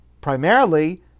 primarily